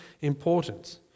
importance